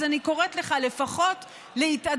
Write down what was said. אז אני קוראת לך לפחות להתעדכן,